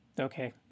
Okay